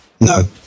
No